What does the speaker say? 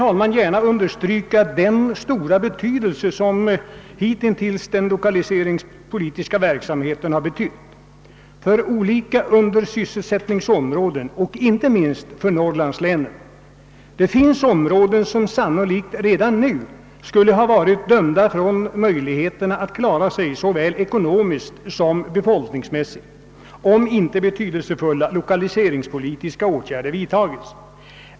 Jag vill understryka den stora betydelse lokaliseringsverksamheten hittills haft för olika undersysselsättningsområden i inte minst Norrlandslänen. Det finns områden som sannolikt redan nu skulle ha stått utan möjligheter att klara sig såväl ekonomiskt som befolkningsmässigt, om inte betydelsefulla lokaliseringspolitiska åtgärder vidtagits.